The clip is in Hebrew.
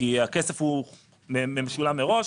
כי הכסף משולם מראש,